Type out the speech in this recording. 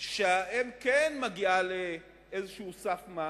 שבה האם כן מגיעה לאיזה סף מס,